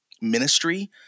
ministry